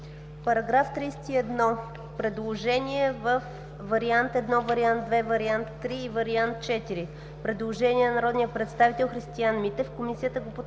Параграф 31. Предложение във Вариант I, Вариант II, Вариант III и Вариант IV. Предложение на народния представител Христиан Митев, Комисията го подкрепя.